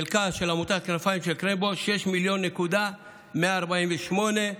חלקה של עמותת כנפיים של קרמבו, 6.148 מיליון ש"ח.